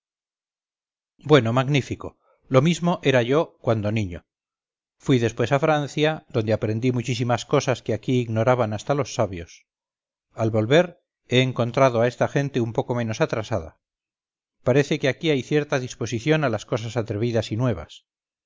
bueno magnífico lo mismo era yo cuando niño fui después a francia donde aprendí muchísimas cosas que aquí ignoraban hasta los sabios al volver he encontrado a esta gente un poco menos atrasada parece que hay aquí cierta disposición a las cosas atrevidas y nuevas